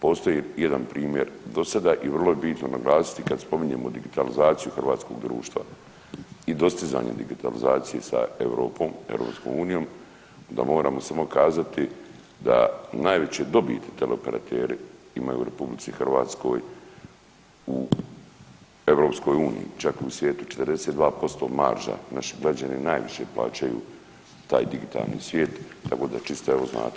Postoji jedan primjer dosada i vrlo je bitno naglasiti kad spominjemo digitalizaciju hrvatskog društva i dostizanje digitalizacije sa Europom, EU da moramo samo kazati da najveće dobiti teleoperateri imaju u RH u EU čak i u svijetu 42% marža, naši građani najviše plaćaju taj digitalni svijet, evo da čisto evo znate.